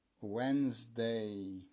Wednesday